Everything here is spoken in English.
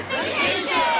Vacation